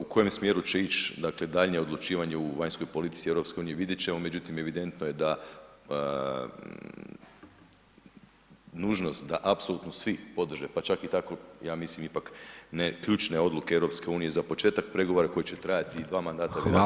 U kojem smjeru će ići dakle daljnje odlučivanje u vanjskoj politici EU vidjet ćemo, međutim evidentno je da nužnost da apsolutno svi podrže, pa čak i tako ja mislim ipak ne ključne odluke EU, za početak pregovora koji će trajati i 2 mandata [[Upadica: Hvala.]] komisije treba